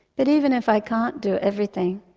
but even if i can't do everything,